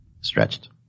stretched